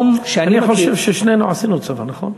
אני חושב ששנינו עשינו צבא, נכון?